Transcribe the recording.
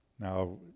Now